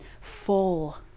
full